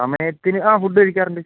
സമയത്തിന് ആ ഫുഡ് കഴിക്കാറുണ്ട്